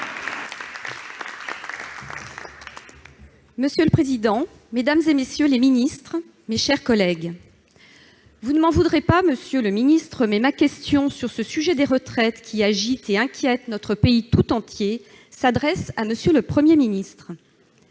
Monsieur le président, mesdames, messieurs les ministres, mes chers collègues, vous ne m'en voudrez pas, monsieur le secrétaire d'État, mais ma question sur le sujet des retraites, qui agite et inquiète notre pays tout entier, s'adresse à M. le Premier ministre.